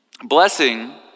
Blessing